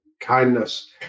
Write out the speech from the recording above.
Kindness